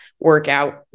workout